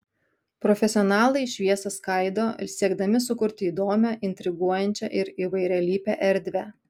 profesionalai šviesą skaido siekdami sukurti įdomią intriguojančią ir įvairialypę erdvę